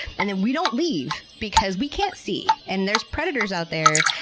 and then we don't leave, because we can't see and there's predators out there,